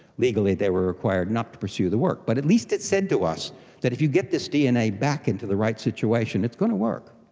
legally they were required not to pursue the work. but at least it said to us that if you get this dna back into the right situation, it's going to work.